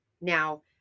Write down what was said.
Now